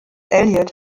elliot